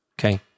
Okay